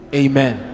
amen